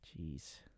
Jeez